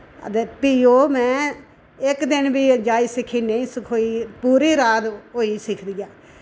ते फ्ही ओह् में इक दिन बी जांच सिक्खी नेईं सखोई पूरी रात होई सिखदी ऐ